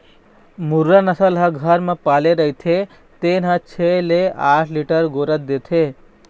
मुर्रा नसल ल घर म पाले रहिथे तेन ह छै ले आठ लीटर गोरस देथे